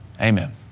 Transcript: amen